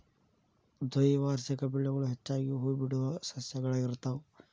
ದ್ವೈವಾರ್ಷಿಕ ಬೆಳೆಗಳು ಹೆಚ್ಚಾಗಿ ಹೂಬಿಡುವ ಸಸ್ಯಗಳಾಗಿರ್ತಾವ